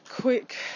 quick